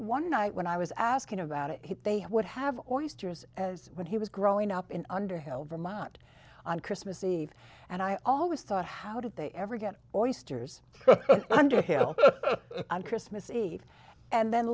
one night when i was asking about it they would have always tears as when he was growing up in underhill vermont on christmas eve and i always thought how did they ever get oysters under on christmas eve and then